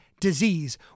disease